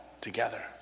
together